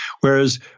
Whereas